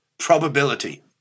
probability